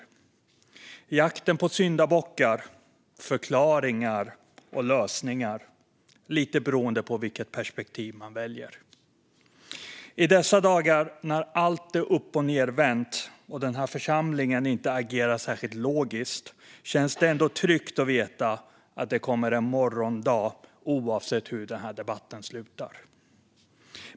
Det handlar om jakten på syndabockar, förklaringar och lösningar - lite beroende på vilket perspektiv man väljer. I dessa dagar när allt är uppochnedvänt och den här församlingen inte agerar särskilt logiskt känns det ändå tryggt att veta att det kommer en morgondag oavsett hur denna debatt slutar.